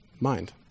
mind